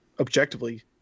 objectively